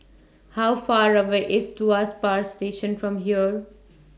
How Far away IS Tuas Power Station from here